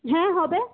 হ্যাঁ হবে